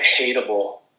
hateable